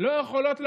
לא יכולות לעבוד,